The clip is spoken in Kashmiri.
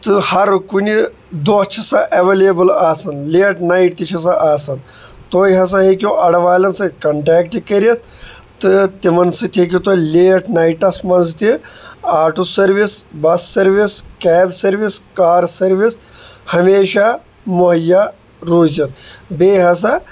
تہٕ ہرکُنہِ دۄہ چھِ سہَ ایولیبٕل آسان لیٹ نایٹ تہِ چھَ سہَ آسان تُہۍ ہَسا ہیٚکِو اَڈٕ والٮ۪ن سۭتۍ کَنٹیکٹ کٔرِتھ تہٕ تِمَن سۭتۍ ہیٚکِو تُہۍ لیٹ نایٹَس منٛز تہِ auto service bus service cab service car service ہمیشہ مہیا روٗزِتھ بیٚیہِ ہَسا